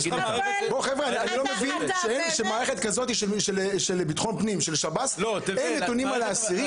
אני לא מבין שמערכת כזאת של ביטחון פנים ושב"ס אין נתונים על האסירים.